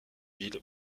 ville